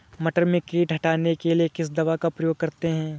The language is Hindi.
मटर में कीट हटाने के लिए किस दवा का प्रयोग करते हैं?